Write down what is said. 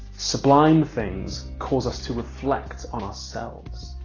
sublime things cause us to reflect on ourselves.